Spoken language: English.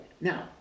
now